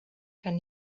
kann